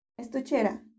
Estuchera